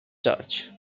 charge